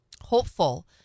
hopeful